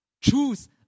choose